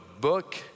book